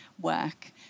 work